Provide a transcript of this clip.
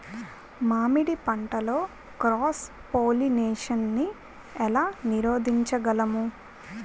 మామిడి పంటలో cross pollination నీ ఏల నీరోధించగలము?